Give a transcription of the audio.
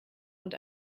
und